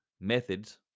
methods